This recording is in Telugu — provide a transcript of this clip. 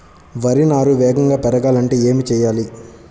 వరి నారు వేగంగా పెరగాలంటే ఏమి చెయ్యాలి?